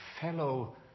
fellow